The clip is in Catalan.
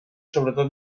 sobretot